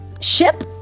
ship